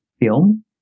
film